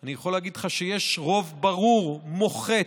אני יכול להגיד לך שיש רוב ברור, מוחץ,